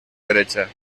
derecha